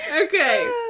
Okay